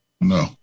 No